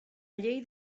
llei